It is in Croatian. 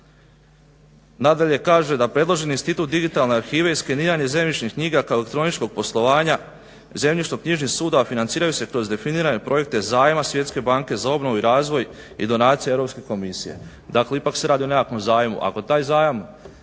Nadalje, kaže da predloženi institut digitalne arhive i skeniranje zemljišnih knjiga kao elektroničkog poslovanja zemljišno-knjižnih sudova financiraju se kroz definirane projekte zajma Svjetske banke za obnovu i razvoj i donacija Europske komisije. Dakle, ipak se radi o nekakvom zajmu.